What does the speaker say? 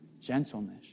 gentleness